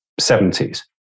70s